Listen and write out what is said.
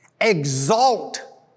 exalt